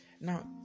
now